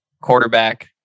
quarterback